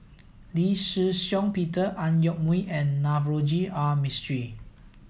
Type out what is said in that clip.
Lee Shih Shiong Peter Ang Yoke Mooi and Navroji R Mistri